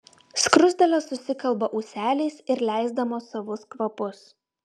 skruzdėlės susikalba ūseliais ir leisdamos savus kvapus